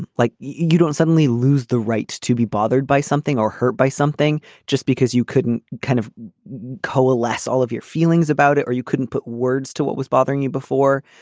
and like you don't suddenly lose the right to be bothered by something or hurt by something just because you couldn't kind of coalesce all of your feelings about it or you couldn't put words to what was bothering you before.